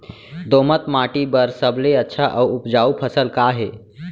दोमट माटी बर सबले अच्छा अऊ उपजाऊ फसल का हे?